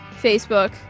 Facebook